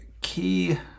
key